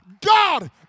God